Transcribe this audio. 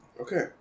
Okay